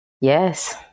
Yes